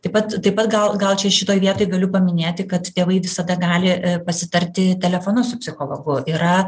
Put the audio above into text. taip pat taip pat gal gal čia šitoj vietoj galiu paminėti kad tėvai visada gali pasitarti telefonu su psichologu yra